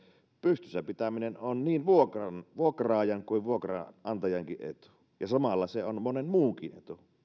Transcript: pystyssä pitäminen on niin vuokraajan kuin vuokranantajankin etu ja samalla se on monen muunkin etu